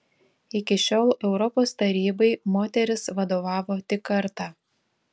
iki šiol europos tarybai moteris vadovavo tik kartą